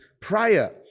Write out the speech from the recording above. prior